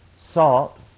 Salt